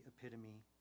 epitome